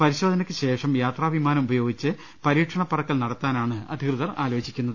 പരിശോധനയ്ക്ക് ശേഷം യാത്രാവിമാനം ഉപയോ ഗിച്ച് പരീക്ഷണപറക്കൽ നടത്താനാണ് അധികൃതർ ആലോചി ക്കുന്നത്